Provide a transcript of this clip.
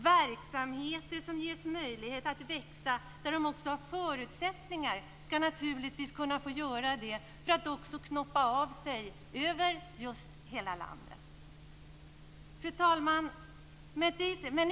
Verksamheter med möjligheter att växa där de har förutsättningar skall naturligtvis kunna få göra det för att också knoppa av sig över hela landet. Fru talman!